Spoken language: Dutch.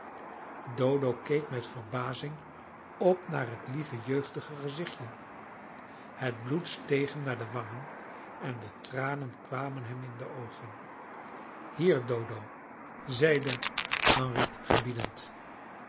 dodo keek met verbazing op naar het lieve jeugdige gezichtje het bloed steeg hem naar de wangen en de tranen kwamen hem in de oogen hier dodo zeide henrique gebiedend